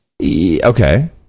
Okay